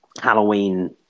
Halloween